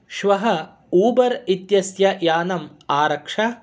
श्वः ऊबर् इत्यस्य यानम् आरक्ष